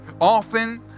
Often